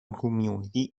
community